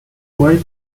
quite